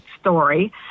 story